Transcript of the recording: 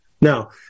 Now